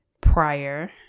prior